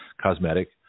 cosmetic